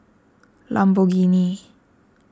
Lamborghini